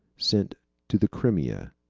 sent to the crimea,